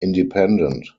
independent